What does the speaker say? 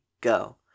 go